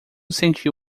sentiu